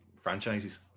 franchises